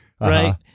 Right